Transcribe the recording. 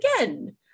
again